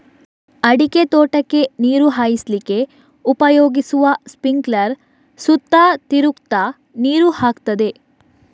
ಅಡಿಕೆ ತೋಟಕ್ಕೆ ನೀರು ಹಾಯಿಸ್ಲಿಕ್ಕೆ ಉಪಯೋಗಿಸುವ ಸ್ಪಿಂಕ್ಲರ್ ಸುತ್ತ ತಿರುಗ್ತಾ ನೀರು ಹಾಕ್ತದೆ